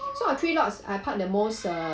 so uh three lots I parked the most uh